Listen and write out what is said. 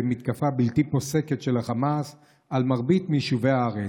במתקפה בלתי פוסקת של החמאס על מרבית יישובי הארץ.